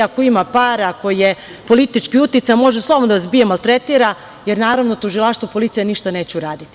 Ako ima para, ako je politički uticajan može slobodno da vas bije, da vas maltretira, jer, naravno, tužilaštvo i policija ništa neće uraditi.